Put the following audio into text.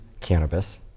cannabis